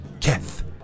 Keth